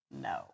no